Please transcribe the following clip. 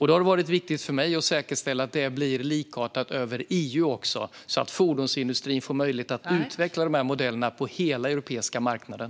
Då har det varit viktigt för mig att säkerställa att det blir likartat i EU, så att fordonsindustrin får möjlighet att utveckla dessa modeller på hela den europeiska marknaden.